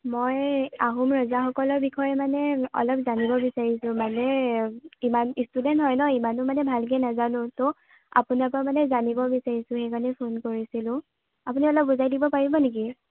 মই আহোম ৰজাসকলৰ বিষয়ে মানে অলপ জানিব বিচাৰিছোঁ মানে ইমান ষ্টুডেণ্ট হয় ন' ইমানো মানে ভালকৈ নাজানো তো আপোনাৰ পৰা মানে জানিব বিচাৰিছোঁ সেইকাৰণে ফোন কৰিছিলোঁ আপুনি অলপ বুজাই দিব পাৰিব নেকি